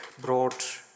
brought